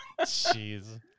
Jeez